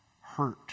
hurt